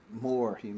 more